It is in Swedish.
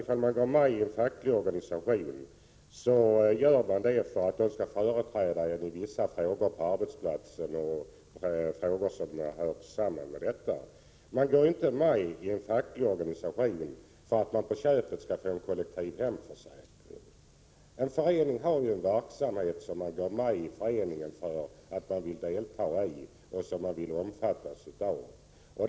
Om man går med i en facklig organisation, gör man det för att den skall företräda en i vissa frågor på arbetsplatsen och i frågor som hör samman med arbetet. Man går inte med i en facklig organisation för att man på köpet skall få en kollektiv hemförsäkring. Man går med därför att föreningen bedriver en verksamhet som man vill delta i och omfattas av.